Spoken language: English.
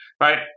Right